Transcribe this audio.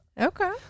okay